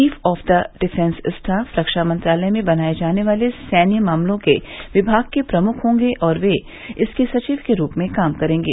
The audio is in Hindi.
chief of the defence staff रक्षा मंत्रालय में बनाए जाने वाले सैन्य मामलों के विभाग के प्रमुख होंगे और वे इसके सचिव के रूप में काम करेंगे